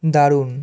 দারুণ